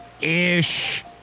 ish